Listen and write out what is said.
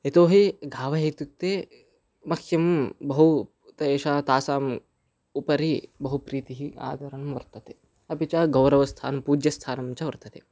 यतो हि गावः इत्युक्ते मह्यं बहु तासां तासाम् उपरि बहु प्रीतिः आदरं वर्तते अपि च गौरवस्थानं पूज्यस्थानं च वर्तते